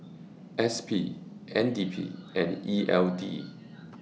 S P N D P and E L D